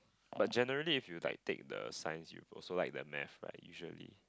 but generally if you like take the Science you also like the math right usually